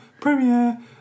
premiere